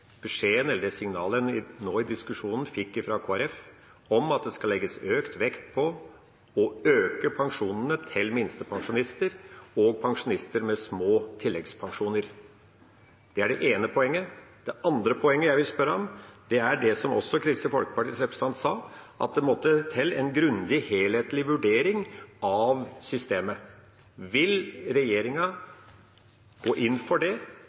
signalet en fikk nå i diskusjonen fra Kristelig Folkeparti, om at det skal legges økt vekt på å øke pensjonene til minstepensjonister og pensjonister med små tilleggspensjoner. Det er det ene poenget. Det andre jeg vil spørre om, er det som også Kristelig Folkepartis representant sa, at det måtte til en grundig helhetlig vurdering av systemet. Vil regjeringa gå inn for det,